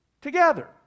together